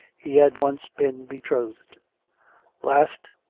he had once been betrothed last,